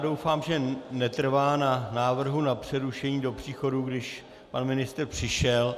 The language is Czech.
Doufám, že netrvá na návrhu na přerušení do příchodu, když pan ministr přišel.